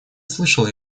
слышала